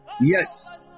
Yes